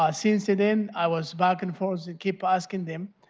ah since then, i was back and forth to keep asking them,